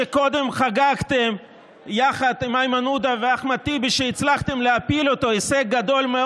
שקודם חגגתם יחד עם איימן עודה ואחמד טיבי שהצלחתם להפיל אותו,